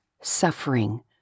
suffering